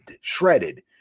shredded